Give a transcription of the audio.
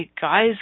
guys